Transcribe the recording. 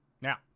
Now